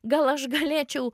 gal aš galėčiau